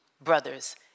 brothers